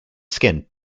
skin